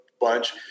bunch